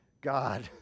God